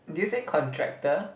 did you say contractor